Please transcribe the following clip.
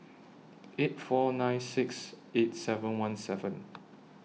eight four nine six eight seven one seven